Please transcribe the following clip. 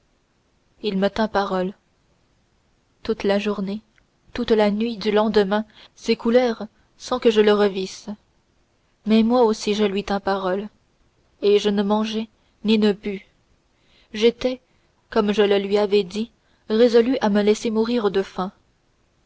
il me tint parole toute la journée toute la nuit du lendemain s'écoulèrent sans que je le revisse mais moi aussi je lui tins parole et je ne mangeai ni ne bus j'étais comme je le lui avais dit résolue à me laisser mourir de faim